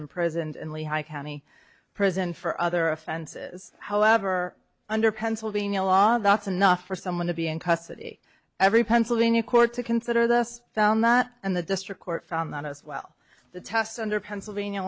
imprisoned in lehigh county prison for other offenses however under pennsylvania law that's enough for someone to be in custody every pennsylvania court to consider this and the district court found that as well the test under pennsylvania